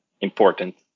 important